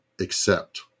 accept